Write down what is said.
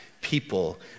people